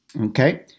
Okay